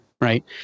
right